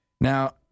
Now